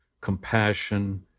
compassion